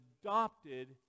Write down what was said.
adopted